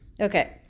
Okay